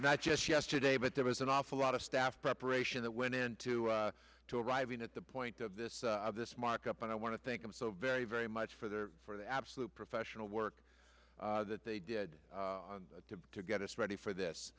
not just yesterday but there was an awful lot of staff preparation that went into to arriving at the point of this this mockup and i want to think i'm so very very much for the for the absolute professional work that they did to get us ready for this